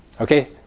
Okay